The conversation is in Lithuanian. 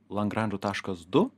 lagranžo taškas du